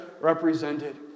represented